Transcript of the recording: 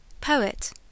Poet